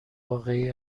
واقعی